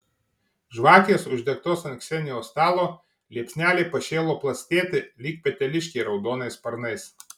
žvakės uždegtos ant ksenijos stalo liepsnelė pašėlo plastėti lyg peteliškė raudonais sparnais